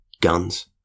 guns